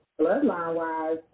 bloodline-wise